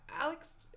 Alex